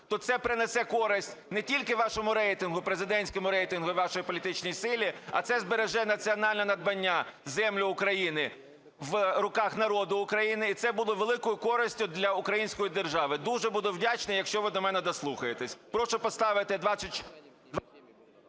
то це принесе користь не тільки вашому рейтингу і президентському рейтингу, вашій політичній силі, а це збереже національне надбання - землю України в руках народу України, і це буде великою користю для української держави. Дуже буду вдячний, якщо ви до мене дослухаєтесь.